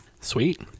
Sweet